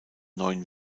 neuen